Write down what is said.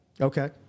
Okay